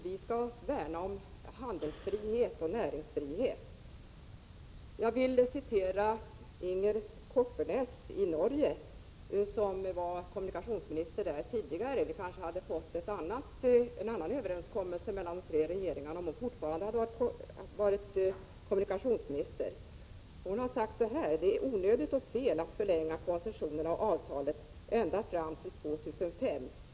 Vi skall värna om handelsfrihet och näringsfrihet. Jag vill återge vad Inger Koppern&s, som var kommunikationsminister i Norge tidigare, har sagt. Vi kanske hade fått en annan överenskommelse mellan de tre regeringarna om hon fortfarande hade varit kommunikationsminister. Hon har sagt: Det är onödigt och fel att förlänga koncessionerna och avtalet ända fram till år 2005.